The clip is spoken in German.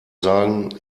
sagen